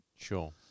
Sure